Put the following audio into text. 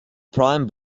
prime